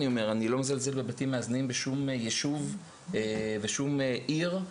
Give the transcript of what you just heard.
אני לא מזלזל בבתים מאזנים בשום יישוב ושום עיר,